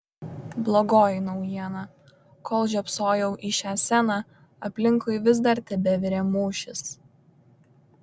blogoji naujiena kol žiopsojau į šią sceną aplinkui vis dar tebevirė mūšis